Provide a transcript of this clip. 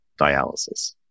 dialysis